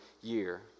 year